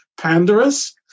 Pandarus